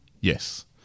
yes